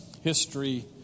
history